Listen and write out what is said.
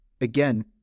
again